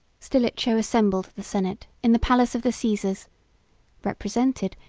stilicho assembled the senate in the palace of the caesars represented,